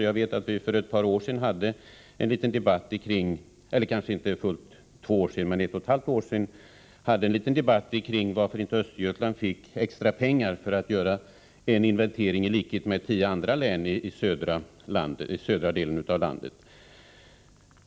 Jag vet att vi för ca ett och ett halvt år sedan hade en liten debatt om varför man inte i Östergötland fick extra pengar för att göra en inventering i likhet med dem som gjordes i tio andra län i södra delen av landet.